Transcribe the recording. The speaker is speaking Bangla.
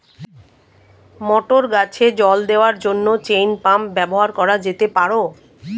মটর গাছে জল দেওয়ার জন্য চেইন পাম্প ব্যবহার করা যেতে পার?